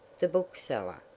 the bookseller,